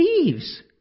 thieves